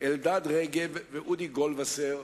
אלדד רגב ואודי גולדווסר,